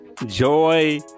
joy